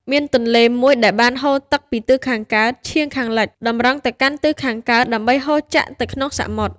មានទន្លេមួយដែលបានហូរទឹកពីទិសខាងជើង ឆៀងខាងលិច តម្រង់ទៅកាន់ទិសខាងកើត ដើម្បីហូរចាក់ទៅក្នុងសមុទ្រ ។